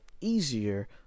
easier